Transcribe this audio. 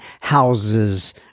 houses